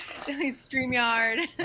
StreamYard